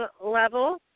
level